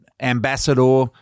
ambassador